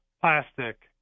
plastic